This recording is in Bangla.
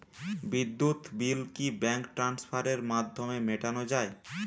বিদ্যুৎ বিল কি ব্যাঙ্ক ট্রান্সফারের মাধ্যমে মেটানো য়ায়?